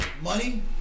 Money